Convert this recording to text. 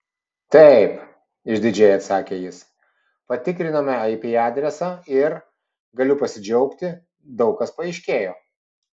taip išdidžiai atsakė jis patikrinome ip adresą ir galiu pasidžiaugti daug kas paaiškėjo